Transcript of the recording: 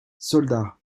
soldats